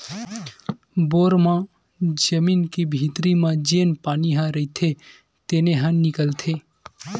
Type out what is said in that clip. bore म जमीन के भीतरी म जेन पानी ह रईथे तेने ह निकलथे